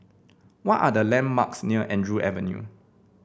what are the landmarks near Andrew Avenue